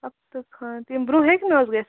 ہَفتہٕ کھنٛڈ تمہِ برٛونٛہہ ہیٚکہِ نہ حٲز گٔژِتھ